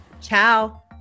Ciao